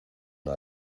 una